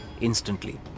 instantly